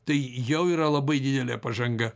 tai jau yra labai didelė pažanga